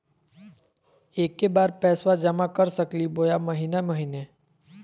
एके बार पैस्बा जमा कर सकली बोया महीने महीने?